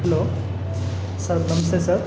hello sir ನಮಸ್ತೆ sir